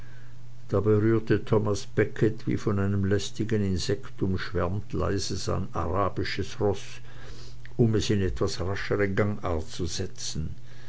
da berührte thomas becket wie von einem lästigen insekt umschwärmt leise sein arabisches roß um es in etwas raschere gangart zu setzen